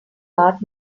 art